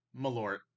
Malort